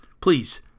Please